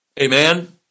Amen